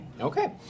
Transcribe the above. Okay